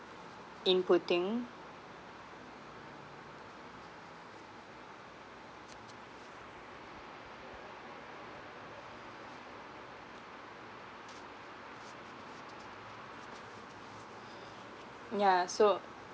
inputting yeah so